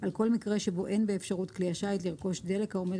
על כל מקרה שבו אין באפשרות כלי השיט לרכוש דלק העומד